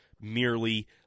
merely